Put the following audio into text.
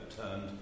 turned